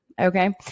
okay